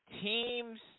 teams